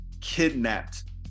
kidnapped